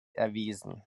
erwiesen